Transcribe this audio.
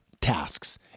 tasks